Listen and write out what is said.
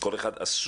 שכל אחד עסוק.